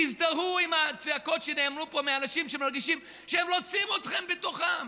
תזדהו עם הצעקות שנאמרו פה מאנשים שמרגישים שהם רוצים אתכם בתוכם.